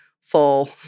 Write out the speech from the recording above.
full